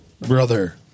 Brother